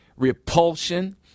repulsion